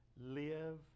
live